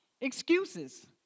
Excuses